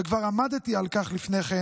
וכבר עמדתי על כך לפני כן.